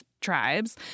tribes